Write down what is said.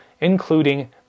including